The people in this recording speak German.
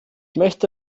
möchte